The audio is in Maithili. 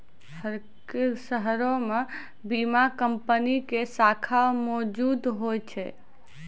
हरेक शहरो मे बीमा कंपनी के शाखा मौजुद होय छै